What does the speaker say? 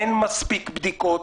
אין מספיק בדיקות,